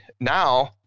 Now